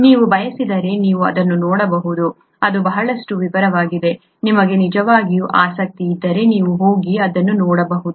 ನೀವು ಬಯಸಿದರೆ ನೀವು ಅದನ್ನು ನೋಡಬಹುದು ಇದು ಬಹಳಷ್ಟು ವಿವರವಾಗಿದೆ ನಿಮಗೆ ನಿಜವಾಗಿಯೂ ಆಸಕ್ತಿ ಇದ್ದರೆ ನೀವು ಹೋಗಿ ಇದನ್ನು ನೋಡಬಹುದು